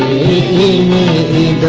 ie